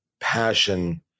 passion